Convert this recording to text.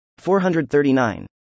439